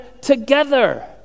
together